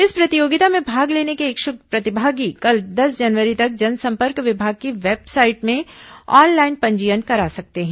इस प्रतियोगिता में भाग लेने के इच्छ्क प्रतिभागी कल दस जनवरी तक जनसंपर्क विभाग की वेबसाइट में ऑनलाइन पंजीयन करा सकते हैं